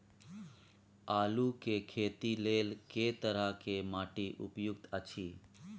आलू के खेती लेल के तरह के माटी उपयुक्त अछि?